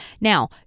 Now